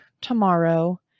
tomorrow